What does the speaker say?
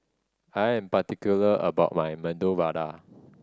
I am particular about my Medu Vada